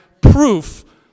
proof